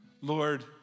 Lord